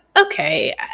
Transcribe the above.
okay